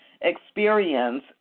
experience